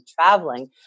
traveling